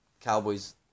Cowboys